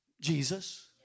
Jesus